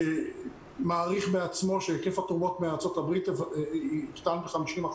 שמעריך בעצמו שהיקף התרומות מארצות הברית יקטן ב-50%,